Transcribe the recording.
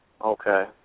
Okay